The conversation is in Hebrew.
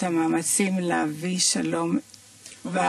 שבעבר קיבלה ישראל החלטות קשות כדי להשיג שלום עם שכנותיה.